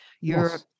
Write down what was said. Europe